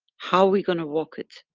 how we gonna walk it?